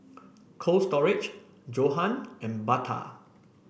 Cold Storage Johan and Bata